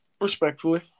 Respectfully